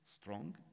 strong